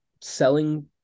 selling